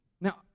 Now